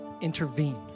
intervene